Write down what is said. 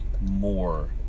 more